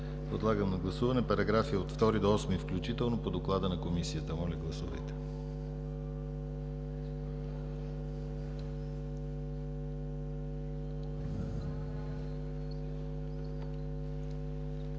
Подлагам на гласуване параграфи от 2 до 9 включително по доклада на Комисията, предложението